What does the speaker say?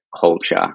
culture